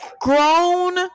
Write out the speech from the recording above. grown